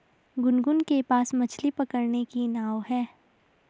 गुनगुन के पास मछ्ली पकड़ने की नाव है